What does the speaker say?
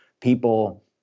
people